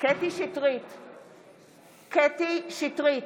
קטי קטרין שטרית,